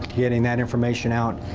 getting that information out,